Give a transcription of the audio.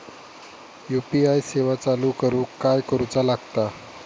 UPI सेवा चालू करूक काय करूचा लागता?